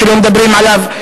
שלא מדברים עליו.